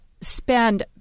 spend